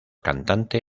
cantante